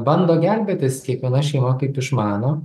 bando gelbėtis kiekviena šeima kaip išmano